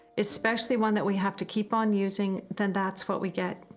especially one, that we have to keep on using, then that's what we get.